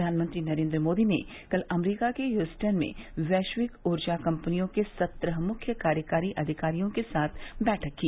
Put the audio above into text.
प्रधानमंत्री नरेंद्र मोदी ने कल अमरीका के ह्यूस्टन में वैश्विक ऊर्जा कंपनियों के सत्रह मुख्य कार्यकारी अधिकारियों के साथ बैठक की